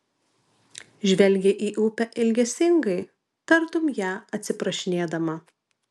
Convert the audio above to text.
žvelgia į upę ilgesingai tartum ją atsiprašinėdama